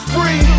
Free